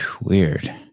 Weird